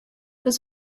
was